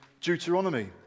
Deuteronomy